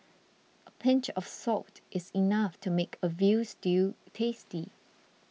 a pinch of salt is enough to make a Veal Stew tasty